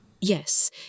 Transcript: Yes